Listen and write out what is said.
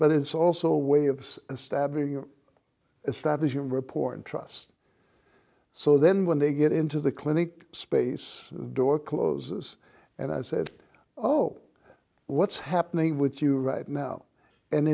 but it's also a way of stabbing you establish your report and trust so then when they get into the clinic space door closes and i said oh what's happening with you right now and